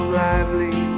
lively